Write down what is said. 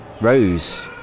rose